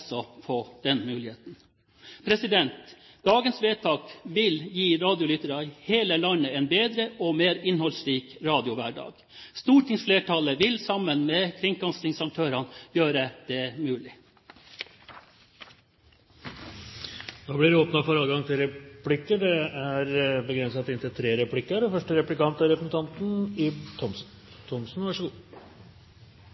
få denne muligheten. Dagens vedtak vil gi radiolyttere i hele landet en bedre og mer innholdsrik radiohverdag. Stortingsflertallet vil sammen med kringkastingsaktørene gjøre det mulig. Det blir replikkordskifte. Jeg vil ta tak i noe av det